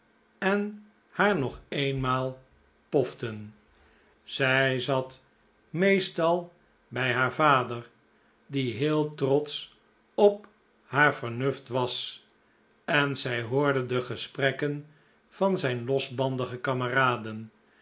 en haar nog een maal poften zij zat meestal bij haar vader die heel trotsch op haar vernuft was en zij hoorde de gesprekken van zijn losbandige kameraden